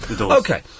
Okay